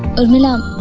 urmila